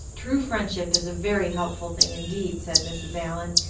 true friendship is a very helpful thing indeed, said mrs. allan,